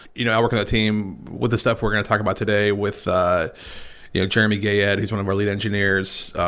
you know, i work on a team with the stuff we're going to talk about today with, you know, jeremy gayed, he is one of our lead engineers.